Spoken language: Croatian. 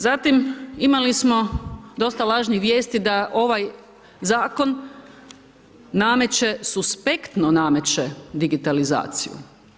Zatim imali smo dosta lažnih vijesti da ovaj zakon nameće, suspektno nameće digitalizaciju.